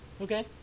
Okay